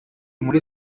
muri